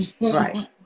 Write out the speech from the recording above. Right